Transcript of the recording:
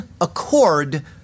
accord